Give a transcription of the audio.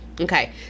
Okay